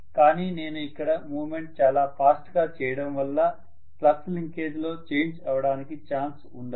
కానీ నేను ఇక్కడ మూవ్మెంట్ చాలా ఫాస్ట్ గా చేయడం వల్ల ఫ్లక్స్ లింకేజ్ లో చేంజ్ అవడానికి ఛాన్స్ ఉండదు